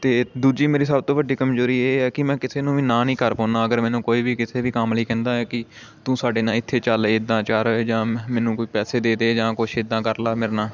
ਅਤੇ ਦੂਜੀ ਮੇਰੀ ਸਭ ਤੋਂ ਵੱਡੀ ਕਮਜ਼ੋਰੀ ਇਹ ਹੈ ਕਿ ਮੈਂ ਕਿਸੇ ਨੂੰ ਵੀ ਨਾ ਨਹੀਂ ਕਰ ਪਾਉਂਦਾ ਅਗਰ ਮੈਨੂੰ ਕੋਈ ਵੀ ਕਿਸੇ ਵੀ ਕੰਮ ਲਈ ਕਹਿੰਦਾ ਹੈ ਕਿ ਤੂੰ ਸਾਡੇ ਨਾਲ ਇੱਥੇ ਚੱਲ ਇੱਦਾਂ ਚਾਰ ਜਾਂ ਮੈਨੂੰ ਕੋਈ ਪੈਸੇ ਦੇ ਦੇ ਜਾਂ ਕੁਛ ਇੱਦਾਂ ਕਰ ਲਾ ਮੇਰੇ ਨਾਲ